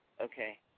Okay